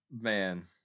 Man